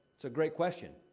it's a great question.